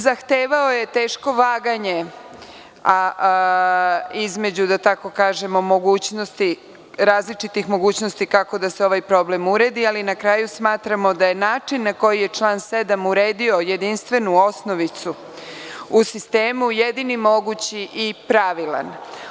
Zahtevao je teško vaganje između, da tako kažem, različitih mogućnosti kako da se ovaj problem uredi, ali na kraju smatramo da je način na koji je član 7. uredio jedinstvenu osnovicu u sistemu jedini mogući i pravilan.